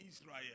Israel